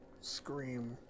scream